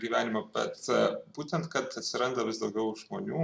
gyvenimo bet būtent kad atsiranda vis daugiau žmonių